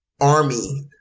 army